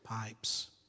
pipes